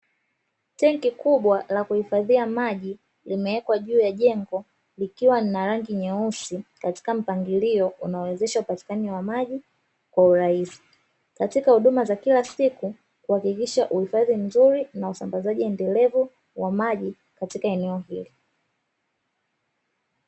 Tenki kubwa la kuhifadhia maji limewekwa juu ya jengo likiwa lina rangi nyeusi katika mpangilio unaowezesha upatikanaji wa maji kwa urahisi. Katika huduma za kila siku, kuhakikisha uhifadhi mzuri na usambazaji endelevu wa maji katika eneo hilo.